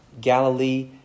Galilee